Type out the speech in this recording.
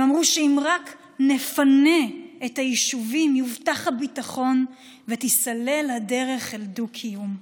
הם אמרו שאם רק נפנה את היישובים יובטח הביטחון ותיסלל הדרך לדו-קיום.